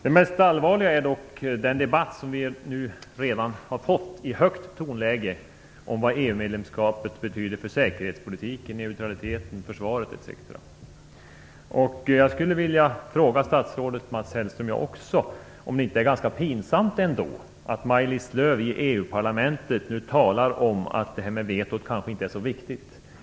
Det mest allvarliga är dock den debatt som vi nu redan har fått i högt tonläge om vad EU medlemskapet betyder för säkerhetspolitiken, neutraliteten, försvaret, etc. Jag skulle vilja fråga statsrådet Mats Hellström jag också, om det inte är ganska pinsamt ändå att Maj-Lis Lööw i EU-parlamentet nu talar om att det här med vetot kanske inte är så viktigt.